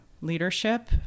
leadership